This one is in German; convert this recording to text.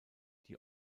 die